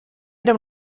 era